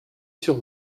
sur